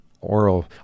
oral